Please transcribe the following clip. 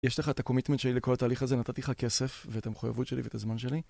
יש לך את הקומיטמנט שלי לכל התהליך הזה. נתתי לך כסף ואת המחויבות שלי ואת הזמן שלי